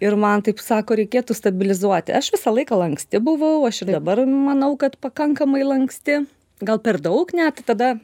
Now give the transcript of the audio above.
ir man taip sako reikėtų stabilizuoti aš visą laiką lanksti buvau aš ir dabar manau kad pakankamai lanksti gal per daug net tada